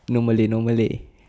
no malay no malay